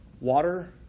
water